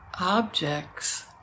objects